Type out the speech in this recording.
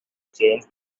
change